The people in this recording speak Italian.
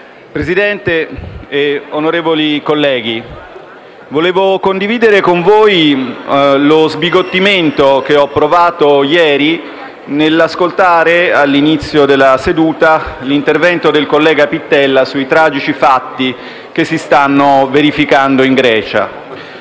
Presidente, onorevoli colleghi, volevo condividere con voi lo sbigottimento che ho provato ieri nell'ascoltare, all'inizio di seduta, l'intervento del collega Pittella sui tragici fatti che si stanno verificando in Grecia.